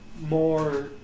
more